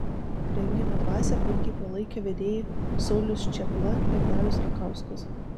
renginio dvasią puikiai palaikė vedėjai saulius čėpla ir darius rakauskas